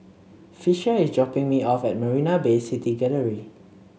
Fisher is dropping me off at Marina Bay City Gallery